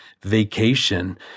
vacation